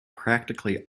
practically